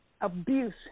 abuse